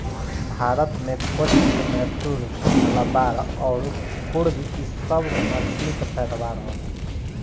भारत मे कोचीन, मैसूर, मलाबार अउर कुर्ग इ सभ मछली के पैदावार होला